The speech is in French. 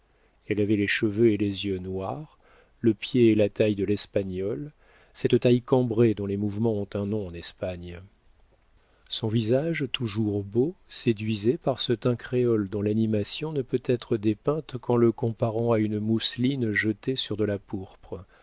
elle avait les cheveux et les yeux noirs le pied et la taille de l'espagnole cette taille cambrée dont les mouvements ont un nom en espagne son visage toujours beau séduisait par ce teint créole dont l'animation ne peut être dépeinte qu'en le comparant à une mousseline jetée sur de la pourpre